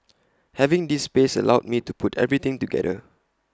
having this space allowed me to put everything together